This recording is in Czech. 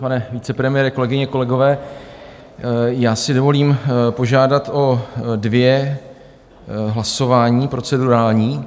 Pane vicepremiére, kolegyně, kolegové, já si dovolím požádat o dvě hlasování procedurální.